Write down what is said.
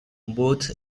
both